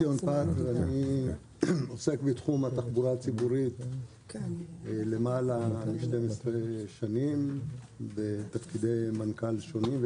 אני עוסק בתחום התחבורה הציבורית יותר מ-12 שנים בתפקידי מנכ"ל שונים.